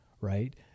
right